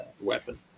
weapon